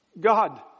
God